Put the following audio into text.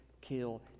kill